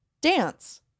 dance